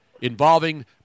involving